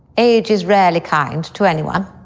age is rarely kind to anyone.